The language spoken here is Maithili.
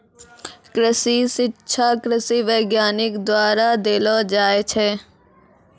कृषि शिक्षा कृषि वैज्ञानिक द्वारा देलो जाय छै